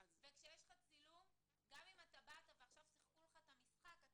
כשיש לך צילום אז גם אם בביקור שיחקו את המשחק אז אתה